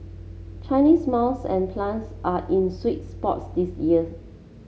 Chinese mills and plants are in sweet spot this year